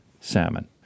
Salmon